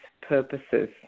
purposes